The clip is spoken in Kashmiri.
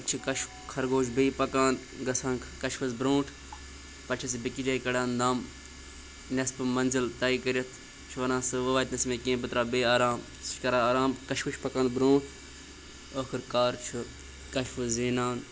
پَتہٕ چھِ کَچھوٕ خَرگوش بیٚیہِ پَکان گژھان کَچھوَس برٛونٛٹھ پَتہٕ چھِ سہٕ بیٚکِس جایہِ کَڑان دَم نٮ۪صپہٕ مَنزِل تَے کٔرِتھ چھُ وَنان سُہ واتہِ نہٕ سُہ مےٚ کیٚنٛہہ بہٕ ترٛاو بیٚیہِ آرام سُہ چھِ کَران آرام کَچھوٕ چھِ پَکان برٛونٛٹھ ٲخٕر کار چھُ کَچھوٕ زینان